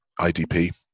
IDP